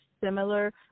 similar